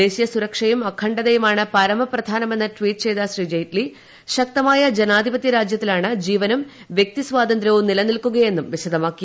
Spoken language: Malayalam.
ദേശീയ സുരക്ഷയും അഖണ്ഡതയുമാണ് പരമ പ്രധാനമെന്ന് ട്വീറ്റ് ചെയ്ത ജെയ്റ്റ്ലി ശക്തമായ ജനാധിപത്യ രാജ്യത്താണ് ജീവനും വ്യക്തിസ്വാതന്ത്ര്യവും നിലനിൽക്കുകയെന്നും വിശദമാക്കി